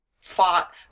fought